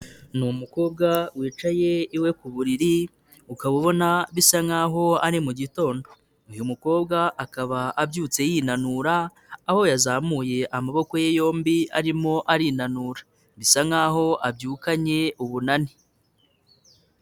Ni umukobwa wicaye iwe ku buriri, ukaba ubona bisa nk'aho ari mu gitondo, uyu mukobwa akaba abyutse yinanura, aho yazamuye amaboko ye yombi arimo arinanura, bisa nk'aho abyukanye ubunani.